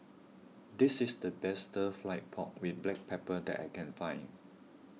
this is the best Stir Fry Pork with Black Pepper that I can find